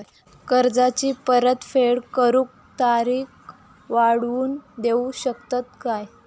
कर्जाची परत फेड करूक तारीख वाढवून देऊ शकतत काय?